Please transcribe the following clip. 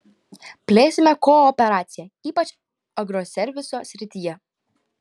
plėsime kooperaciją ypač agroserviso srityje